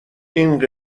این